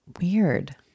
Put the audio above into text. Weird